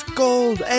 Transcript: gold